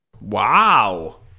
Wow